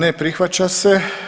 Ne prihvaća se.